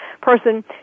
person